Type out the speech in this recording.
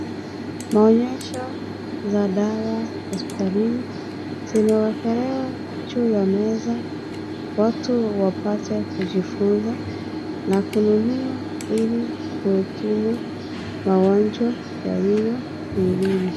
Maonyesho za dawa hospitalini, zimeekelewa juu ya meza, watu wapate kujifunza na kununua ili waekimu ma gonjwa yaliyo mwilini.